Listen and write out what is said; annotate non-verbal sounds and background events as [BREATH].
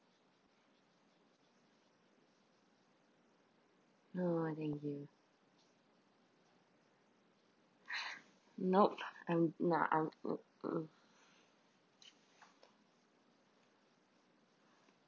no ah thankyou [BREATH] nope I'm not I'm mm mm